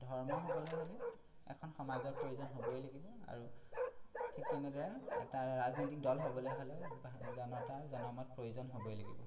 ধৰ্ম হ'বলে হ'লে এখন সমাজৰ প্ৰয়োজন হ'বই লাগিব আৰু ঠিক তেনেদৰে এটা ৰাজনৈতিক দল হ'বলে হ'লে জনতাৰ জনমত প্ৰয়োজন হ'বই লাগিব